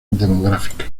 demográfica